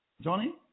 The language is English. johnny